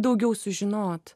daugiau sužinot